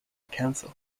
council